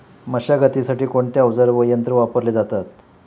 मशागतीसाठी कोणते अवजारे व यंत्र वापरले जातात?